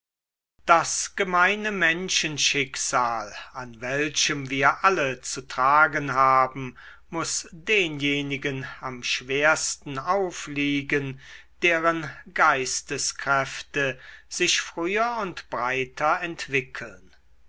das gemeine menschenschicksal an welchem wir alle zu tragen haben muß denjenigen am schwersten aufliegen deren geisteskräfte sich früher und breiter entwickeln